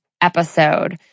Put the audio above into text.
episode